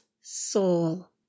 Soul